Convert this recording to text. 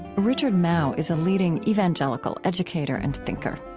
richard mouw is a leading evangelical educator and thinker.